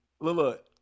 look